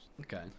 Okay